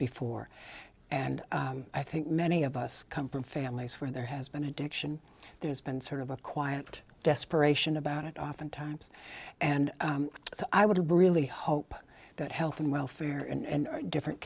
before and i think many of us come from families where there has been addiction there's been sort of a quiet desperation about it oftentimes and so i would really hope that health and welfare and different